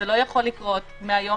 אבל זה לא יכול לקרות מהיום